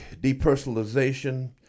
depersonalization